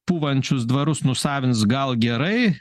pūvančius dvarus nusavins gal gerai